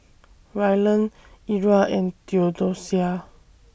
Rylan Era and Theodosia